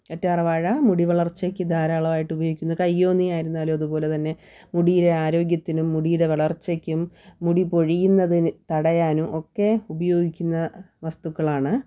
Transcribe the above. കറ്റാർ വാഴ മുടി വളർച്ചക്ക് ധാരാളമായിട്ട് ഉപയോഗിക്കുന്നു കയ്യോന്നി ആയിരുന്നാലും അത് പോലെ തന്നെ മുടിയുടെ ആരോഗ്യത്തിനു മുടിയുടെ വളർച്ചക്കും മുടി പൊഴിയുന്നത് തടയാനും ഒക്കെ ഉപയോഗിക്കുന്ന വസ്തുക്കളാണ്